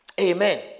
Amen